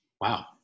Wow